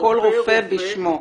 כל רופא בשמו.